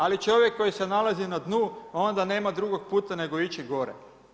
Ali čovjek koji se nalazi na dnu, a onda nema drugog puta nego ići gore.